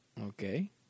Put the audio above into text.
Okay